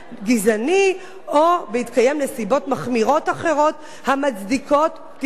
או בהתקיים נסיבות מחמירות אחרות המצדיקות פתיחה בחקירה.